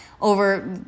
over